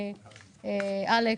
אלכס,